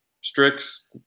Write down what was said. Strix